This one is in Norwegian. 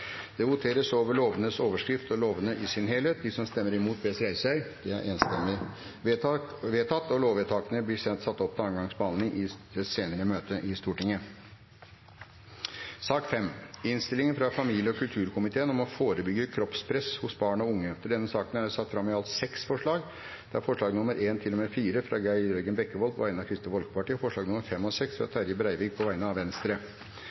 Det voteres over lovenes overskrift og lovene i sin helhet. Lovvedtakene vil bli satt opp til andre gangs behandling i et senere møte i Stortinget. Under debatten er det satt fram i alt seks forslag. Det er forslagene nr. 1–4, fra Geir Jørgen Bekkevold på vegne av Kristelig Folkeparti forslagene nr. 5 og 6, fra Terje Breivik på vegne av Venstre